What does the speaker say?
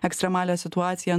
ekstremalią situaciją